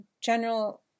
general